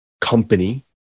company